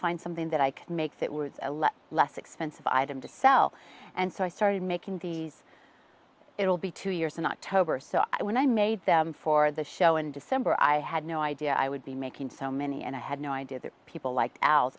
find something that i could make that was a lot less expensive item to sell and so i started making these it'll be two years in october so when i made them for the show in december i had no idea i would be making so many and i had no idea that people like